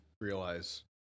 realize